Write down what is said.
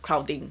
crowding